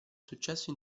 successo